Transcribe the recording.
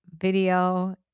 video